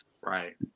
right